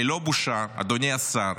ללא בושה, אדוני השר,